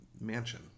mansion